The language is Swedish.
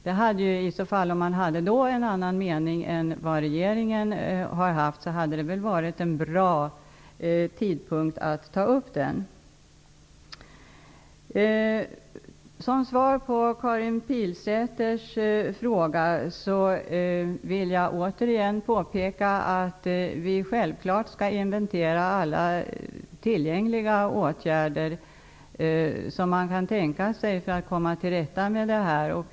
Om man då hade haft en annan mening än regeringen, hade det varit ett bra tillfälle att ta upp detta under förhandlingarna. Som svar på Karin Pilsäters fråga vill jag återigen påpeka att vi självfallet skall inventera alla tillgängliga åtgärder som man kan tänka sig för att komma till rätta med detta.